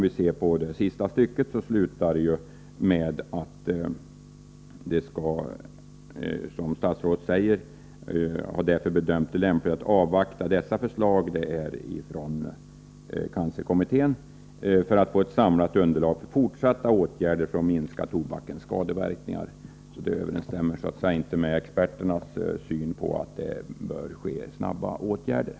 I sista stycket säger nämligen statsrådet i svaret att hon har bedömt det lämpligt att avvakta förslag från cancerkommittén för att få ett samlat underlag för fortsatta åtgärder för att minska tobakens skadeverkningar. Detta överensstämmer alltså inte med experternas syn på att åtgärder bör snarast vidtas.